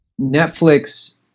Netflix